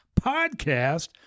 podcast